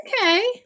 Okay